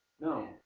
No